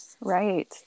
right